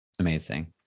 Amazing